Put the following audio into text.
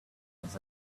dies